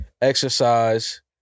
exercise